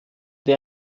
der